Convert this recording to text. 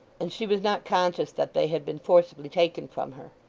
and she was not conscious that they had been forcibly taken from her.